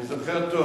אני זוכר טוב.